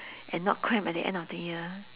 and not cramp at the end of the year